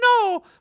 no